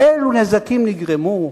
אילו נזקים נגרמו,